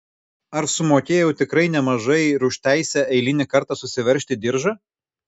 ar sumokėjau tikrai nemažai ir už teisę eilinį kartą susiveržti diržą